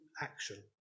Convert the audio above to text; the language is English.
action